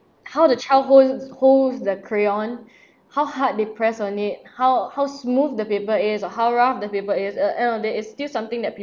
how the child hold holds the crayon how hard they press on it how how smooth the paper is or how rough the paper is uh end of the day it's still something that